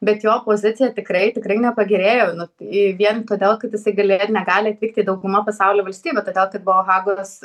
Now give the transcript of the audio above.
bet jo pozicija tikrai tikrai nepagerėjo nu į vien todėl kad jisai galė ir negali atvykt į daugumą pasaulio valstybių todėl kad buvo hagos